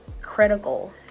critical